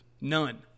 None